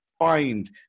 Find